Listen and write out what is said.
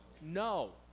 No